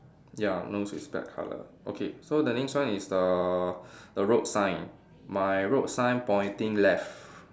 ya nose is black colour okay so the next one is the the road sign my road sign pointing left